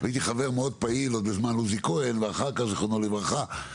והייתי חבר מאוד פעיל עוד בזמן עוזי כהן זכרונו לברכה,